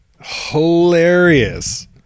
hilarious